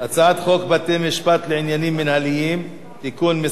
הצעת חוק בתי-משפט לעניינים מינהליים (תיקון מס'